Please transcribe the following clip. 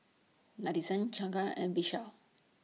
Nadesan Jahangir and Vishal